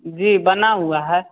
जी बना हुआ है